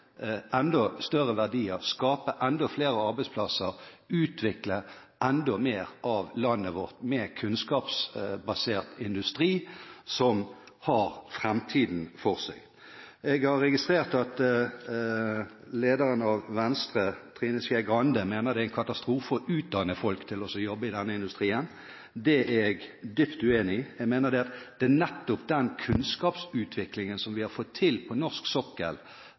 enda større verdier, skape enda flere arbeidsplasser, utvikle enda mer av landet vårt med kunnskapsbasert industri, som har framtiden foran seg. Jeg har registrert at lederen av Venstre, Trine Skei Grande, mener det er en katastrofe å utdanne folk til å jobbe i denne industrien. Det er jeg dypt uenig i. Jeg mener at det nettopp er den kunnskapsutviklingen vi har fått til gjennom oljevirksomheten på norsk sokkel,